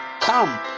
come